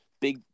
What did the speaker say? big